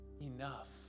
enough